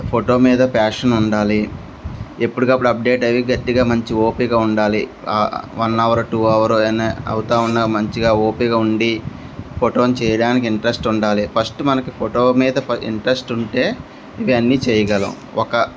photo మీద passion ఉండాలి ఎప్పటికప్పుడు అప్డేట్ అయి గట్టిగా మంచి ఓపిక ఉండాలి వన్ అవర్ టూ అవర్ అయినా అవుతు ఉన్నా మంచిగా ఓపిక ఉండి ఫోటోని చేయడానికి ఇంట్రెస్ట్ ఉండాలి ఫస్ట్ మనకి ఫోటో మీద ఇంట్రెస్ట్ ఉంటే ఇవి అన్నీ చేయగలం ఒక